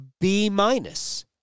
B-minus